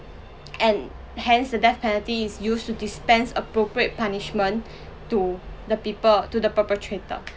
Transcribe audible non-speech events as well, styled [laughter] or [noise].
and hence the death penalty is used to dispense appropriate punishment [breath] to the people to the perpetrator